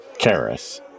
Karis